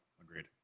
agreed